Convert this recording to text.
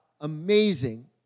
amazing